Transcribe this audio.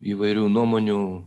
įvairių nuomonių